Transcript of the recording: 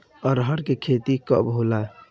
अरहर के खेती कब होला?